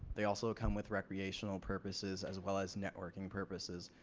they also come with recreational purposes as well as networking purposes.